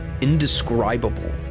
indescribable